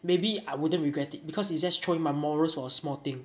maybe I wouldn't regret it because it's just throwing my morals for a small thing